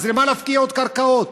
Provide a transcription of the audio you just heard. אז למה נפקיע עוד קרקעות?